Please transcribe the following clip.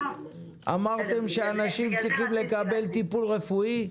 אמרתם שאנשים צריכים לקבל טיפול רפואי,